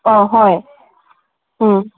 ꯑꯥ ꯍꯣꯏ ꯎꯝ